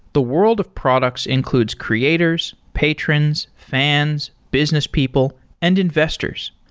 the world of products includes creators, patrons, fans, business people and investors.